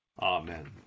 Amen